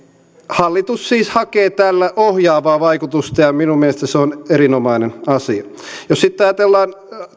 hallitus siis hakee tällä ohjaavaa vaikutusta ja minun mielestäni se on erinomainen asia jos sitten ajatellaan